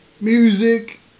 music